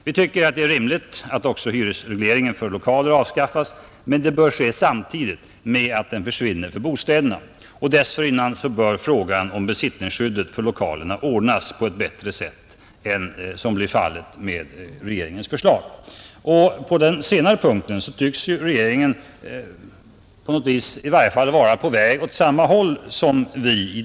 Vi tycker det är rimligt att också hyresregleringen för lokaler avskaffas, men det bör ske samtidigt med att den försvinner för bostäderna. Och dessförinnan bör frågan om besittningsskyddet för lokaler ordnas på ett bättre sätt än som blir fallet med regeringens förslag. På den senare punkten tycks också regeringen i varje fall vara på väg åt samma håll som vi.